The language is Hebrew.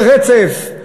ברצף,